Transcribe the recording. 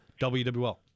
WWL